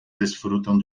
desfrutam